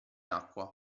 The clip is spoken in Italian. acqua